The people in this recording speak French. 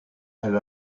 elle